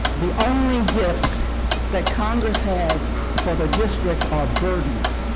the only gifts that congress has for the district are burdens.